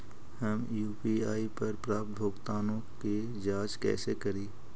हम यु.पी.आई पर प्राप्त भुगतानों के जांच कैसे करी?